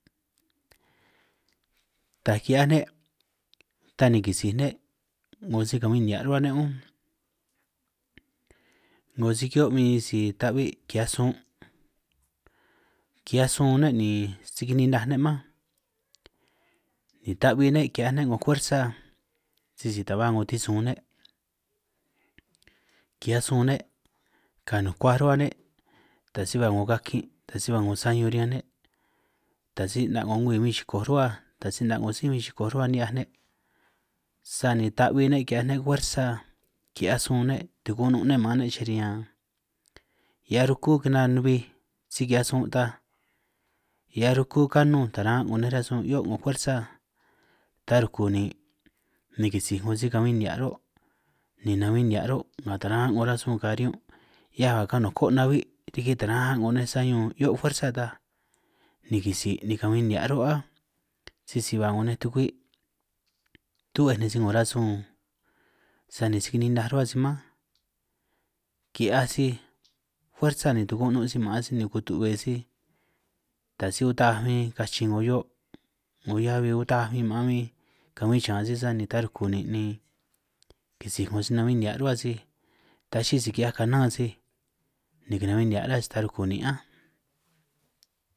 Taj ki'hiaj ne' ta ni kisij ne' 'ngo si kabin nihia' rruhua ne' únj, 'ngo si ki'hio' bin sisi ta'bi' ki'hiaj sun' ki'hiaj sun ne' ni si kininaj ne' mánj, ta'bi ne' ki'hiaj 'ngo fuersa sisi ta ba 'ngo tisun ne', ki'hiaj sun ne' ka nukuaj rruhua ne' ta si ba 'ngo kakin' taj si ba 'ngo sañun riñan ne', taj si 'na' ngo nkwi bin chikoj rruhua taj si 'na' 'ngo sí bin chikoj rruhua ni'hiaj ne' sani ta'bi ne' ki'hiaj ne' fuersa, ki'hiaj sun ne' tuku'nun' ne' ma'an ne' chej riñan, hiaj ruku kana'bij si ki'hiaj sun ta hiaj ruku kanun taran 'ngo nej rasun 'hio' 'ngo fuersa, ta ruku nin' ni kisij 'ngo si kabin nihia' rruhuo' ni nabi nihia' rruhuo nga taran' 'ngo rasun ka riñun', hiaj ka' kanuko' na'bi' riki taran' 'ngo nej sañun 'hio' fuersa ta ni gisi ni kabin nihia' rruhuo' áj, sisi hua 'ngo nej tukui tu'bej nej sij 'ngo rasun sani si kininaj rruhua sij mánj, ki'hiaj sij fuersa ni tukunun' sij ma'an sij ni kutu'be sij, ta si utaj bin gachin 'ngo hio' 'ngo hiabi utaj bin ma'an kabin chan sij, sani ta ruku nin' ni gisij 'ngo sa nabi nihia' rruhua sij ta chi'i si ki'hiaj kana sij ni kanahuin nihia' rruhua sij ta ruku nin' áj.